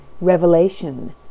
Revelation